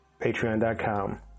patreon.com